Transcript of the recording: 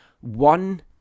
one